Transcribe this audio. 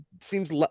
seems